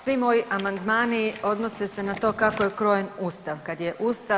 Svi moji amandmani odnose se na to kako je krojen sustav.